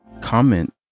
comment